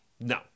No